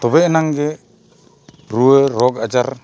ᱛᱚᱵᱮ ᱮᱱᱟᱝᱜᱮ ᱨᱩᱣᱟᱹ ᱨᱳᱜᱽ ᱟᱡᱟᱨ